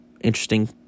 interesting